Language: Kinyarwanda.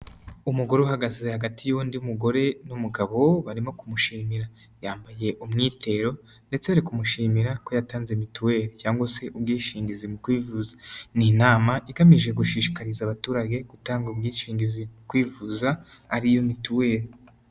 Umugore uhagaze hagati y'undi mugore n'umugabo barimo kumushimira .Yambaye umwitero ndetse ari kumushimira ko yatanze mituweli cyangwa se ubwishingizi mu kwivuza. Ni inama igamije gushishikariza abaturage gutanga ubwishingizi mu kwivuza ari yo mituweli.